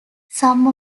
some